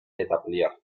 etabliert